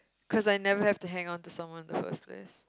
cause I never have to hang on with someone in the first place